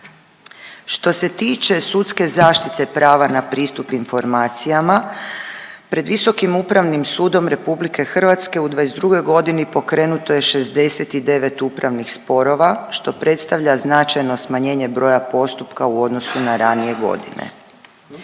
Što se tiče sudske zaštite prava na pristup informacijama, pred Visokim upravnim sudom RH u '22. godini pokrenuto je 69 upravnih sporova što predstavlja značajno smanjenje broja postupka u odnosu na ranije godine.